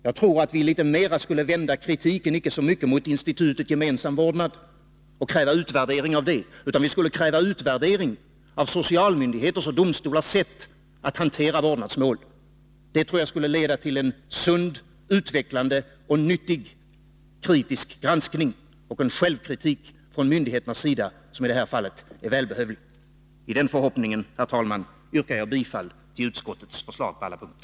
Jag tror att vi borde vända kritiken icke så mycket mot institutet gemensam vårdnad och kräva utvärdering av det utan i stället kräva utvärdering av socialmyndigheters och domstolars sätt att hantera vårdnadsmål. Det tror jag skulle leda till en sund, utvecklande och nyttig kritisk granskning och en självkritik från myndigheternas sida som i det här fallet är välbehövlig. I den förhoppningen, herr talman, yrkar jag bifall till utskottets förslag på alla punkter.